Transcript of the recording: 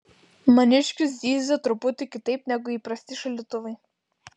maniškis zyzia truputį kitaip negu įprasti šaldytuvai